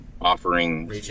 offering